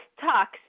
talks